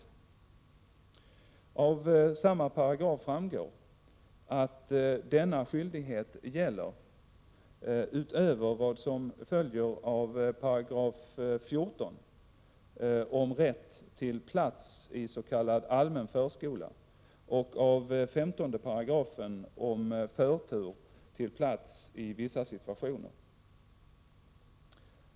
Av samma paragraf framgår att denna skyldighet gäller utöver vad som följer av 14 § om rätt till plats i s.k. allmän förskola och av 15 § om förtur till plats i vissa situationer.